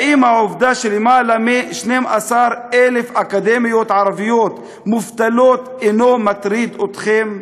האם העובדה שיותר מ-12,000 אקדמאיות ערביות מובטלות אינה מטרידה אתכם?